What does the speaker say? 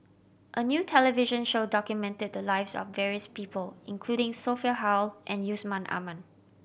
a new television show documented the lives of various people including Sophia Hull and Yusman Aman